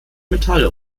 metalle